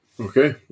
Okay